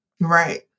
Right